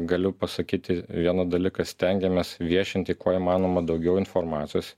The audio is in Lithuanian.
galiu pasakyti vieną dalyką stengiamės viešinti kuo įmanoma daugiau informacijos